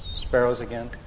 sparrows again